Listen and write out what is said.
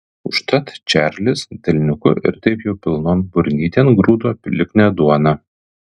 užtat čarlis delniuku ir taip jau pilnon burnytėn grūdo lipnią duoną